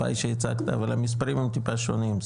הפאי שהצגת אבל המספרים הם טיפה שונים,